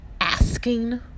asking